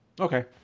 Okay